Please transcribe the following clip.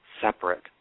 separate